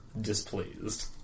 displeased